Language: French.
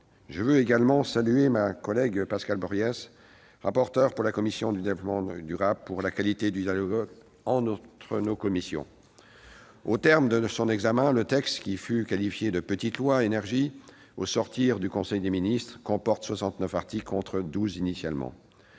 Je salue également ma collègue Pascale Bories, rapporteure pour avis de la commission du développement durable, pour la qualité du dialogue entre nos commissions. Au terme de son examen, le texte, qualifié de « petite loi énergie » au sortir du conseil des ministres, comporte soixante-neuf articles, contre douze initialement.